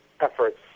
efforts